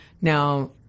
now